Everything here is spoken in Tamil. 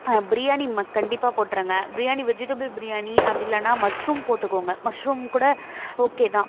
பிரியாணி கண்டிப்பாக போட்டுருங்க பிரியாணி வெஜிடேபிள் பிரியாணி அப்படி இல்லைனா மஷ்ரூம் போட்டுக்கோங்க மஷ்ரூம் கூட ஓகே தான்